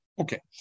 Okay